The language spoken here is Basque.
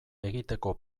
egiteko